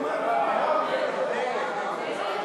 כהצעת הוועדה ועם ההסתייגות שנתקבלה,